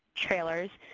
trailers,